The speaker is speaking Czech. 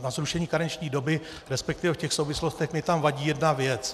Na zrušení karenční doby, resp. v těch souvislostech mi tam vadí jedna věc.